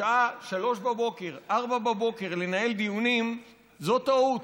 בשעה 03:00, 04:00, לנהל דיונים, זו טעות.